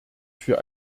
für